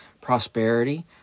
prosperity